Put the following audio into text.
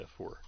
F4